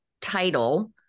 title